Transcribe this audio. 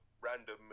random